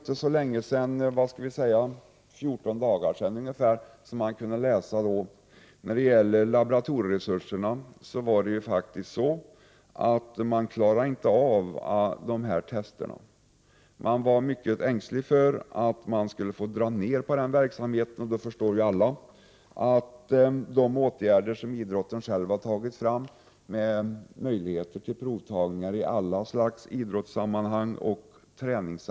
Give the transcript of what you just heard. För ungefär fjorton dagar sedan kunde vi läsa att man inte har laboratorieresurser för att klara av de här testerna, och man var mycket ängslig över att man skulle behöva dra ner på verksamheten. Man har inom idrotten själv vidtagit åtgärder och skapat möjligheter till provtagning i alla slags idrottssammanhang och vid träning.